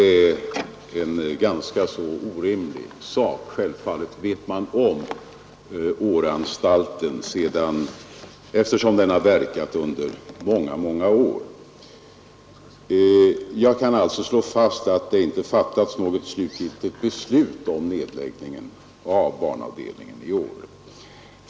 Självfallet vet de 26 april 1973 om Åreanstalten, eftersom den har verkat under många år. Jag kan alltså slå fast att det inte har fattats något slutgiltigt beslut om nedläggningen av barnavdelningen i Åre.